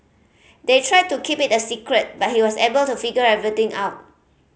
they tried to keep it a secret but he was able to figure everything out